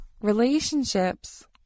Relationships